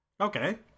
Okay